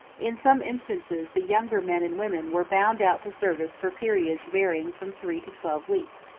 in some instances the younger men and women were bound out to service for periods varying from three to twelve weeks.